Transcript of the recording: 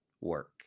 work